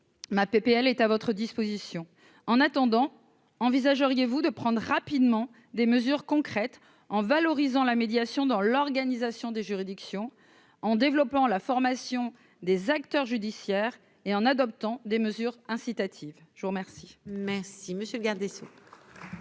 ma PPL est à votre disposition en attendant envisageriez-vous de prendre rapidement des mesures concrètes en valorisant la médiation dans l'organisation des juridictions en développant la formation des acteurs judiciaires et en adoptant des mesures incitatives, je vous remercie.